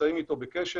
נמצאים אתו בקשר.